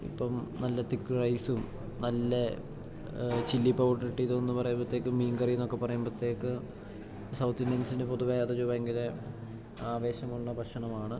ഇപ്പം നല്ല തിക്ക് റൈസും നല്ല ചില്ലി പൗഡറിട്ടതെന്ന് പറയുമ്പത്തേക്ക് മീൻകറി എന്നൊക്കെ പറയുമ്പത്തേക്ക് സൗത്തിന്ത്യൻസിൻ്റെ പൊതുവേ അതൊരു ഭയങ്കര ആവേശമുള്ള ഭക്ഷണമാണ്